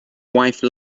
wife